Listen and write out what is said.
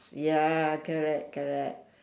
ya correct correct